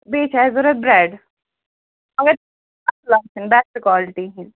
بیٚیہِ چھِ اَسہِ ضوٚرَتھ برٛٮ۪ڈ بٮ۪سٹ کالٹی ہِنٛدۍ